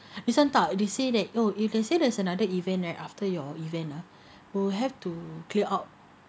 this one tahu they say that you know if let's say there's another event right after your event lah we will have to clear out